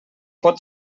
pot